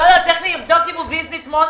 יעברו משלב הדיבורים